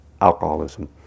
alcoholism